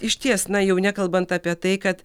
išties na jau nekalbant apie tai kad